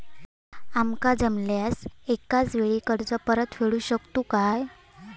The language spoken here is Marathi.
आमका जमल्यास एकाच वेळी कर्ज परत फेडू शकतू काय?